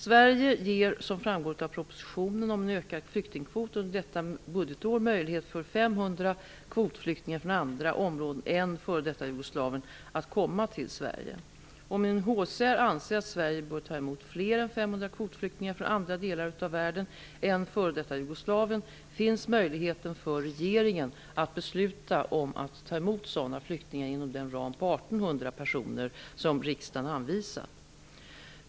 Sverige ger, som framgår av propositionen om en utökad flyktingkvot, under detta budgetår möjlighet för 500 kvotflyktingar från andra områden än f.d. Jugoslavien att komma till Sverige. 500 kvotflyktingar från andra delar av världen än f.d. Jugoslavien finns möjligheten för regeringen att besluta om att ta emot sådana flyktingar inom den ram om 1 800 personer som riksdagen anvisat.